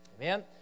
Amen